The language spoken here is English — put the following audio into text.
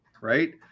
Right